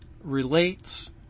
relates